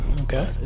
okay